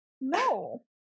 No